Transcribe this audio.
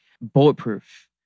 Bulletproof